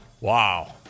Wow